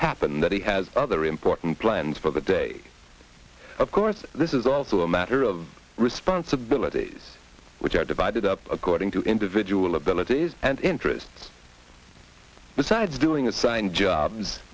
happen that he has other important plans for the day of course this is also a matter of responsibilities which are divided up according to individual abilities and interests besides doing assigned jobs